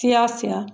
अस्यास्य